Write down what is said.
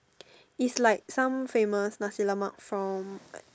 it's like some famous Nasi-Lemak from like